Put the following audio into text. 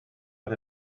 but